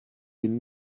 ihn